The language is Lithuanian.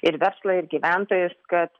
ir verslą ir gyventojus kad